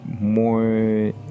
more